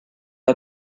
got